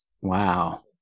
Wow